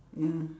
mm